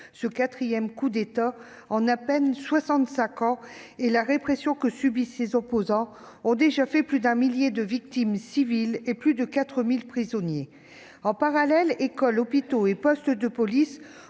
Ce quatrième coup d'État en à peine soixante-cinq ans et la répression que subissent les opposants ont déjà fait plus d'un millier de victimes civiles et plus de quatre mille prisonniers. En parallèle, écoles, hôpitaux et postes de police